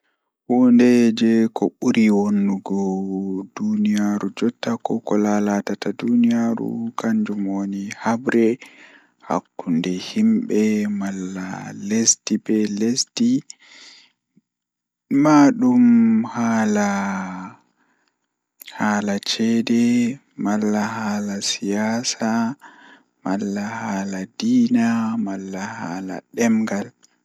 Hunde jei ko buri wonnugo duniyaaru jotta kokuma ko buri lalatugo duniyaaru kanjum woni habre hakkunde himbe malla hakkunde lesdi be lesdi maadum haala ceede malla haala siyasa malla haala dinna malla haala ndemngal.